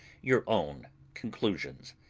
your own conclusions.